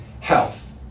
health